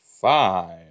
five